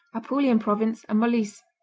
apulian province and molise.